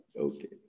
Okay